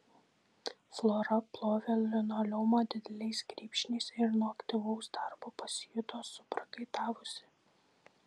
flora plovė linoleumą dideliais grybšniais ir nuo aktyvaus darbo pasijuto suprakaitavusi